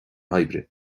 hoibre